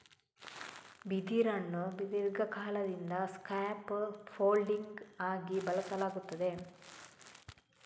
ಬಿದಿರನ್ನು ದೀರ್ಘಕಾಲದಿಂದ scaffolding ಆಗಿ ಬಳಸಲಾಗುತ್ತದೆ